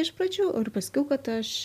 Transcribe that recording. iš pradžių ir paskiau kad aš